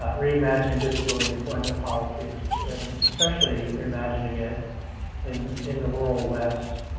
ah reimagining disability employment policies and especially reimagining it in in the rural west.